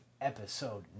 episode